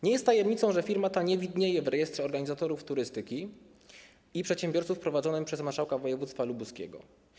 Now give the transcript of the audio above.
Nie jest tajemnicą, że firma ta nie widnieje w rejestrze organizatorów turystyki i przedsiębiorców prowadzonym przez marszałka województwa lubuskiego.